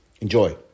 Enjoy